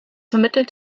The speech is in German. vermittelt